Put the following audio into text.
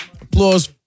Applause